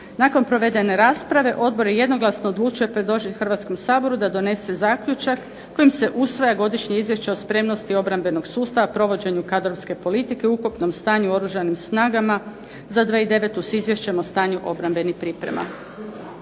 Nakon provedene rasprave Odbor je jednoglasno odlučio predložiti Hrvatskom saboru da donese zaključak kojim se usvaja Godišnje izvješće o spremnosti obrambenog sustava, provođenju kadrovske politike i ukupnom stanju u Oružanim snagama za 2009. godinu, s Izvješćem o stanju obrambenih priprema.